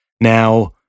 Now